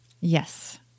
Yes